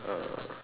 uh